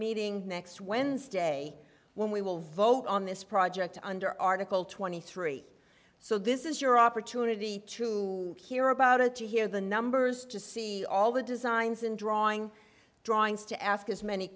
meeting next wednesday when we will vote on this project under article twenty three so this is your opportunity to hear about it to hear the numbers to see all the designs and drawing drawings to ask as many